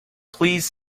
please